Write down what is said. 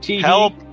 Help